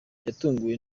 yatunguwe